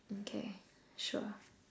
okay sure